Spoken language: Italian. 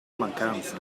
mancanze